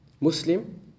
Muslim